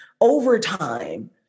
overtime